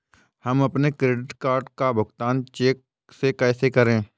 हम अपने credit card का भुगतान चेक से कैसे करें?